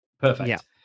Perfect